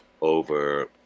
over